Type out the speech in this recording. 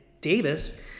Davis